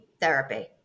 therapy